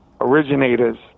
originators